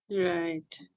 Right